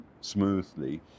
smoothly